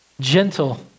gentle